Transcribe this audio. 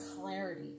clarity